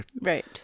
Right